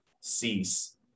cease